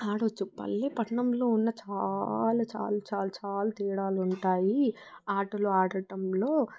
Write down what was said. ఆడొచ్చు పల్లె పట్నంలో ఉన్న చాలా చాలా చాలా చాలా తేడాలు ఉంటాయి ఆటలు ఆడటంలో